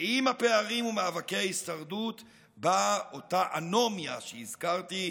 ועם הפערים ומאבקי ההישרדות באה אותה אנומיה שהזכרתי,